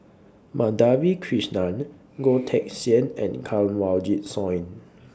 Madhavi Krishnan Goh Teck Sian and Kanwaljit Soin